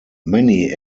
many